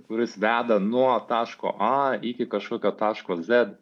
kuris veda nuo taško a iki kažkokio taško z